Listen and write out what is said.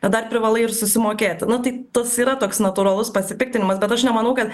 dar privalai ir susimokėti nu tai tas yra toks natūralus pasipiktinimas bet aš nemanau kad